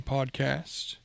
Podcast